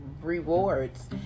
rewards